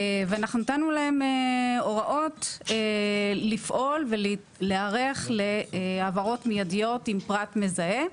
ואנחנו נתנו להם הוראות לפעול ולהיערך להעברות מידיות עם פרט מזהה.